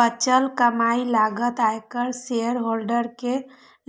बचल कमाइ लागत, आयकर, शेयरहोल्डर कें